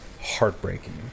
heartbreaking